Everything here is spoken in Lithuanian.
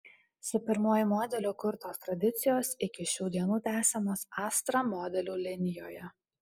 su pirmuoju modeliu kurtos tradicijos iki šių dienų tęsiamos astra modelių linijoje